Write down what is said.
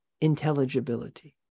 intelligibility